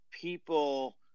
people –